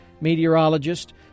meteorologist